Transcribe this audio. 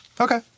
Okay